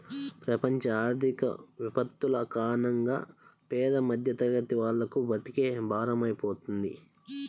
ప్రపంచ ఆర్థిక విపత్తుల కారణంగా పేద మధ్యతరగతి వాళ్లకు బ్రతుకే భారమైపోతుంది